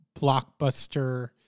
blockbuster